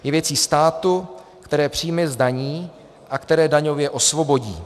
Je věcí státu, které příjmy zdaní a které daňově osvobodí.